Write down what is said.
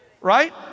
right